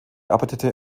arbeitete